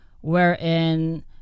wherein